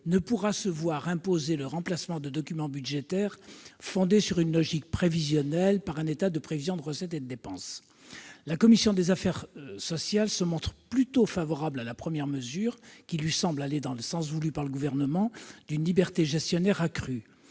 ne pourra se voir imposer le remplacement de documents budgétaires fondés sur une logique prévisionnelle par un état de prévision de recettes et de dépenses. La commission des affaires sociales est plutôt favorable à la première mesure, qui lui semble de nature à accroître la liberté gestionnaire, comme